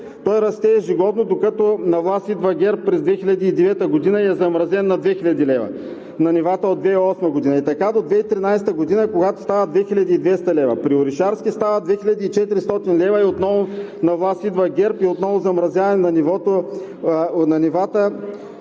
той расте ежегодно, докато на власт идва ГЕРБ през 2009 г. и е замразен на 2000 лв. – на нивата от 2008 г., и така до 2013 г., когато става 2200 лв. При Орешарски става 2400 лв. и отново на власт идва ГЕРБ, и отново замразяване на нивата